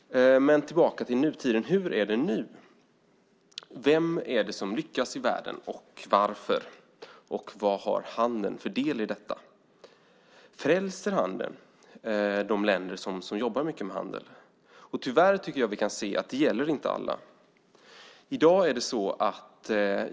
Tillbaka till nutid. Hur är det nu? Vem är det som lyckas i världen och varför? Vad har handeln för del i detta? Frälser handeln de länder som jobbar mycket med handel? Tyvärr kan vi se att det inte gäller alla.